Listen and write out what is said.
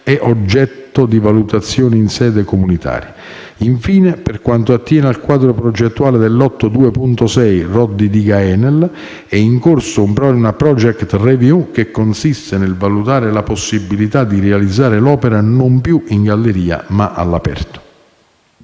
è oggetto di valutazione in sede comunitaria. Infine, per quanto attiene al quadro progettuale del lotto 2.6 (Roddi-Diga ENEL), è in corso una *project review*, che consiste nel valutare la possibilità di realizzare l'opera non più in galleria, ma all'aperto.